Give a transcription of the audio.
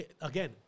again